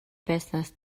байснаас